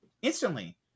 Instantly